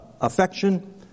affection